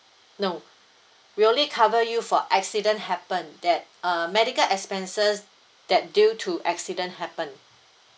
no we only cover you for accident happen that uh medical expenses that due to accident happen